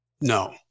No